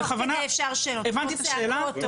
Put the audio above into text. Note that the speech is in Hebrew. הבנתי את השאלה.